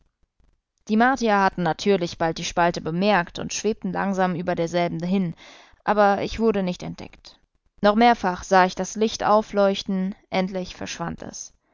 die martier hatten natürlich bald die spalte bemerkt und schwebten langsam über derselben hin aber ich wurde nicht entdeckt noch mehrfach sah ich das licht aufleuchten endlich verschwand es